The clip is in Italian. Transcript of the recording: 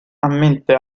ammette